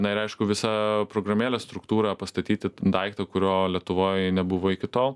na ir aišku visą programėlės struktūrą pastatyti daiktą kurio lietuvoj nebuvo iki tol